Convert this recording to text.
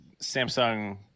Samsung